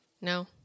No